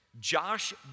Josh